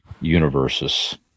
universes